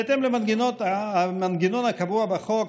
בהתאם למנגנון הקבוע בחוק,